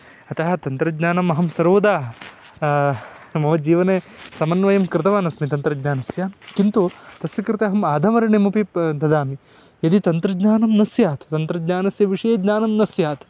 अतः तन्त्रज्ञानमहं सर्वदा मम जीवने समन्वयं कृतवानस्मि तन्त्रज्ञानस्य किन्तु तस्य कृते अहम् आधमर्ण्यमपि प ददामि यदि तन्त्रज्ञानं न स्यात् तन्त्रज्ञानस्य विषये ज्ञानं न स्यात्